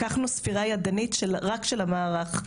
לקחנו ספירה ידנית רק של המערך,